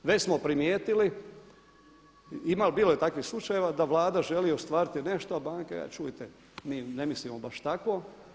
Već smo primijetili, ima, bilo je takvih slučajeva da Vlada želi ostvariti nešto a banka, čujte, mi ne mislimo baš tako.